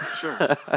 Sure